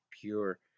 pure